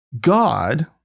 God